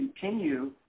continue